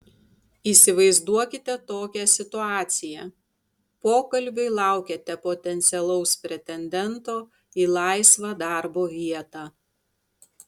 įsivaizduokite tokią situaciją pokalbiui laukiate potencialaus pretendento į laisvą darbo vietą